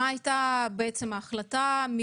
איך נקבעה ההחלטה על